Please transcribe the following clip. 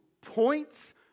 points